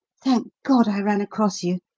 thank god i ran across you.